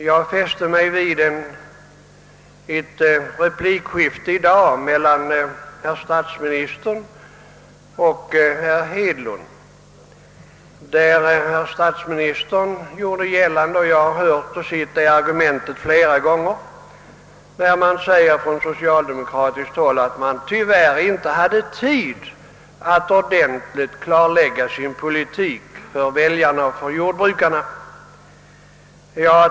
Jag fäste mig vid ett replikskifte i dag mellan statsministern och herr Hedlund, där herr statsministern gjorde gällande — jag har hört och sett det argumentet flera gånger från socialdemokratiskt håll — att man tyvärr inte hade tid att ordentligt klargöra sin politik för väljarna och för jordbrukarna.